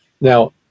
Now